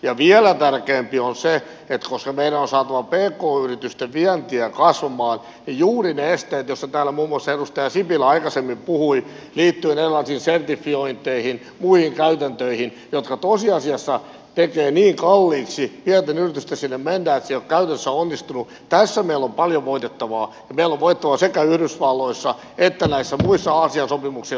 ja vielä tärkeämpi on se että koska meidän on saatava pk yritysten vientiä kasvamaan niin juuri ne esteet joista täällä muun muassa edustaja sipilä aikaisemmin puhui liittyen erilaisiin sertifiointeihin muihin käytäntöihin jotka tosiasiassa tekevät niin kalliiksi pienten yritysten sinne mennä että se ei ole käytössä onnistunut niin tässä meillä on paljon voitettavaa ja meillä on voitettavaa sekä yhdysvalloissa että näissä muissa aasian sopimuksissa jotka ovat vireillä